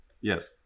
Yes